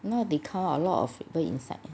now they come out with a lot of flavour inside